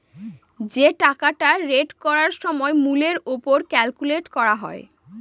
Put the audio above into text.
যে টাকাটা রেট করার সময় মূল্যের ওপর ক্যালকুলেট করা হয়